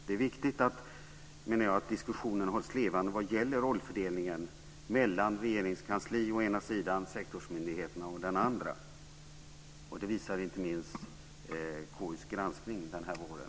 Det är viktigt, menar jag, att diskussionen vad gäller rollfördelningen mellan regeringskansli å ena sidan, sektorsmyndigheter å den andra hålls levande. Det visar inte minst KU:s granskning den här våren.